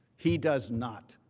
he does not.